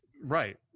Right